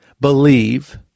believe